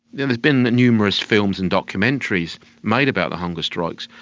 there have been numerous films and documentaries made about the hunger strikes,